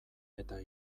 eta